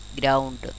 ground